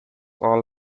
all